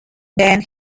then